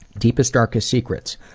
deepest, darkest secrets?